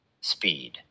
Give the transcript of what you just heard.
speed